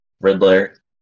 Riddler